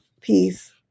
Peace